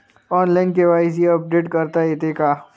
Online KYC update करता येते का?